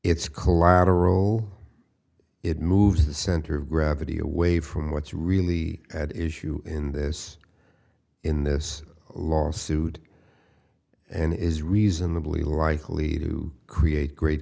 it's collateral it moves the center of gravity away from what's really at issue in this in this lawsuit and is reasonably likely to create great